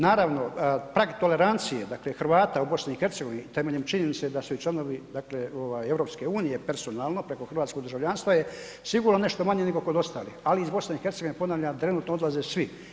Naravno prag tolerancije dakle Hrvata u BiH temeljem činjenice da su i članovi dakle ovaj EU personalno preko hrvatskog državljanstva je sigurno nešto manje nego kod ostalih, ali iz BiH ponavljam trenutno odlaze svi.